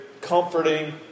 comforting